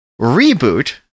Reboot